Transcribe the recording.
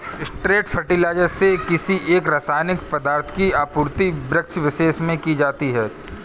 straight fertiliser से किसी एक रसायनिक पदार्थ की आपूर्ति वृक्षविशेष में की जाती है